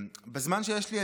בזמן שיש לי,